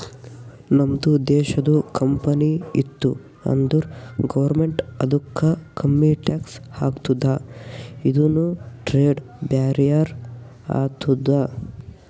ನಮ್ದು ದೇಶದು ಕಂಪನಿ ಇತ್ತು ಅಂದುರ್ ಗೌರ್ಮೆಂಟ್ ಅದುಕ್ಕ ಕಮ್ಮಿ ಟ್ಯಾಕ್ಸ್ ಹಾಕ್ತುದ ಇದುನು ಟ್ರೇಡ್ ಬ್ಯಾರಿಯರ್ ಆತ್ತುದ